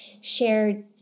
shared